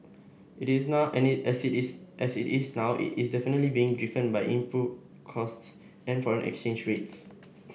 it is now any is now is definitely being driven by input costs and foreign exchange rates